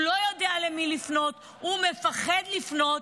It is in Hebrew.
הוא לא יודע למי לפנות, הוא מפחד לפנות.